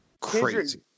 Crazy